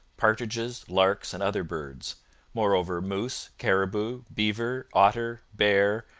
partridges, larks, and other birds moreover moose, caribou, beaver, otter, bear,